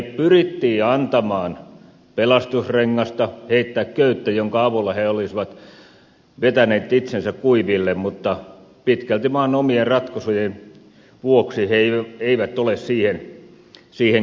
heille pyrittiin antamaan pelastusrengasta heittämään köyttä jonka avulla he olisivat vetäneet itsensä kuiville mutta pitkälti maan omien ratkaisujen vuoksi he eivät ole siihen kyenneet